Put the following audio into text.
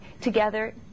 together